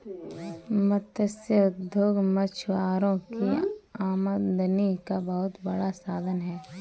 मत्स्य उद्योग मछुआरों की आमदनी का बहुत बड़ा साधन है